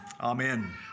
Amen